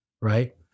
right